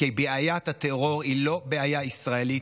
כי בעיית הטרור היא לא בעיה ישראלית,